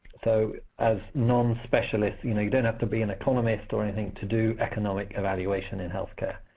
so as non-specialists, you know you don't have to be an economist or anything to do economic evaluation in health care.